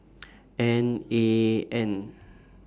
N A N